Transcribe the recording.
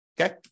Okay